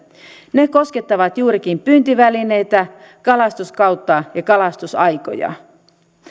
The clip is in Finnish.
ne koskettavat juurikin pyyntivälineitä kalastuskautta ja kalastusaikoja